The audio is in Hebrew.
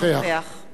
דב חנין,